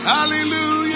Hallelujah